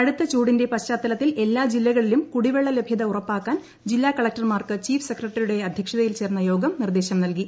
കടുത്ത ചൂടിന്റെ പശ്ചാത്തലത്തിൽ എല്ലാ ജില്ലകളിലും കുടിവെള്ള ലഭൃത ഉറപ്പാക്കാൻ ജില്ലാ കളക്ടർമാർക്ക് ചീഫ് സെക്രട്ടറിയുടെ അധ്യക്ഷതയിൽ ചേർന്ന യോഗം നിർദ്ദേശം നൽകി